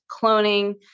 cloning